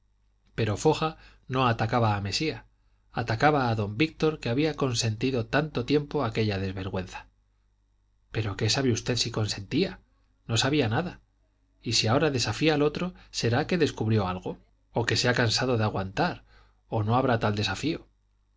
pero foja no atacaba a mesía atacaba a don víctor que había consentido tanto tiempo aquella desvergüenza pero qué sabe usted si consentía no sabía nada y si ahora desafía al otro será que descubrió algo o que se ha cansado de aguantar o no habrá tal desafío